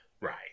Right